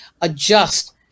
adjust